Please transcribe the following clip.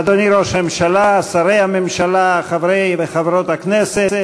אדוני ראש הממשלה, שרי הממשלה, חברי וחברות הכנסת,